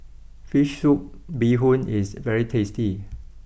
Fish Soup Bee Hoon is very tasty